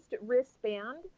wristband